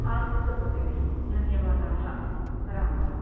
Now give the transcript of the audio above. अस्तु भगिनि धन्यवादाः राम् राम्